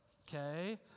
Okay